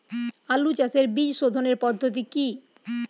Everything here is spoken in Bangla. আলু চাষের বীজ সোধনের পদ্ধতি কি?